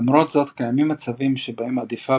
למרות זאת קיימים מצבים שבהם עדיפה